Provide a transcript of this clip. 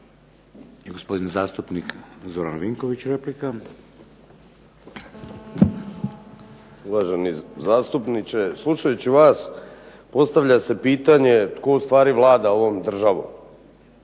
I gospodin zastupnik Zoran Vinković replika. **Vinković, Zoran (SDP)** Uvaženi zastupniče slušajući vas postavlja se pitanje tko ustvari vlada ovom državom.